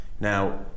now